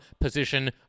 position